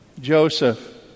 Joseph